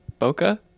Bokeh